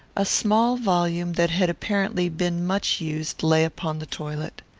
a small volume, that had, apparently, been much used, lay upon the toilet.